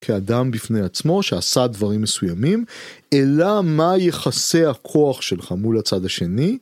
כאדם בפני עצמו שעשה דברים מסוימים, אלא - מה יחסי הכוח שלך מול הצד השני.